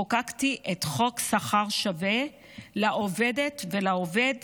חוקקתי את חוק שכר שווה לעובדת ולעובד